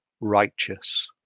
righteous